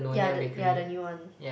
yeah the yeah the new one